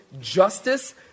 justice